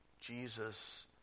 Jesus